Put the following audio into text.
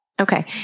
Okay